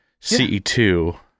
CE2